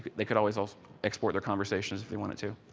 they could always always export the conversations if you wanted to.